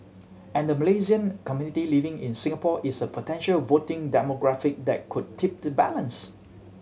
and the Malaysian community living in Singapore is a potential voting demographic that could tip the balance